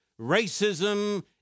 racism